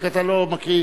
רק אתה לא מקריא.